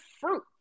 fruit